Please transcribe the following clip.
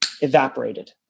evaporated